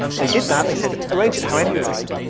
they did that. they said arrange it however you like.